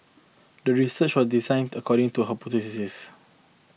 the research was designed according to her hypothesis